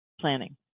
planning